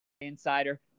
insider